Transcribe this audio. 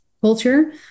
culture